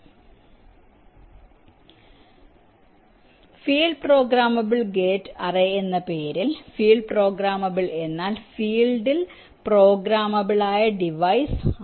നന്നായി field programmable gate array എന്ന പേരിൽ ഫീൽഡ് പ്രോഗ്രാമബിൾ എന്നാൽ ഫീൽഡിൽ പ്രോഗ്രാമബിൾ ആയ ഡിവൈസ് ആണ്